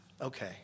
Okay